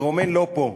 הפירומן לא פה.